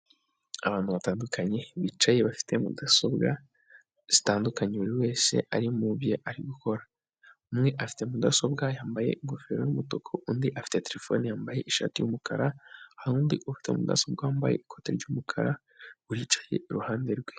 Abantu batandukanye bicaye bafite mudasobwa zitandukanye buri wese ari mu bye ari gukora, umwe afite mudasobwa yambaye ingofero y'umutuku undi afite terefone yambaye ishati y'umukara. Hari undi ufite mudasobwa wambaye ikoti ry'umukara wicaye iruhande rwe.